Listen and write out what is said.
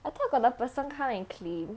I thought got the person come and clean